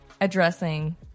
addressing